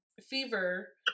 fever